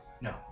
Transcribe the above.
No